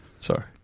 sorry